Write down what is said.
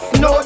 no